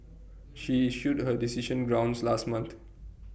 she issued her decision grounds last month